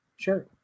Sure